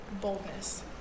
Boldness